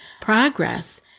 progress